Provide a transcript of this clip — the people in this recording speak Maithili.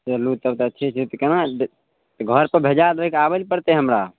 चलु तब तऽ अच्छे छै तऽ केना घर पर भेजा देबै कि आबै लए पड़तै हमरा